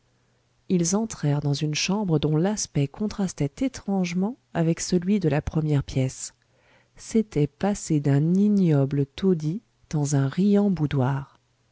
ils entrèrent dans une chambre dont l'aspect contrastait étrangement avec celui de la première pièce c'était passer d'un ignoble taudis dans un riant boudoir